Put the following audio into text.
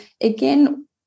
again